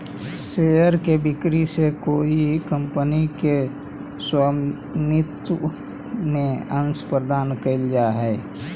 share के बिक्री से कोई कंपनी के स्वामित्व में अंश प्रदान कैल जा हइ